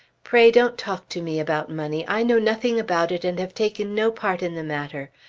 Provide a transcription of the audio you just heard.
pray don't talk to me about money. i know nothing about it and have taken no part in the matter.